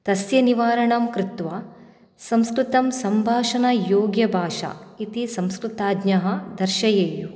तस्य निवारणं कृत्वा संस्कृतं सम्भाषणयोग्यभाषा इति संस्कृताज्ञः दर्शयेयुः